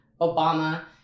Obama